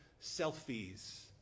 selfies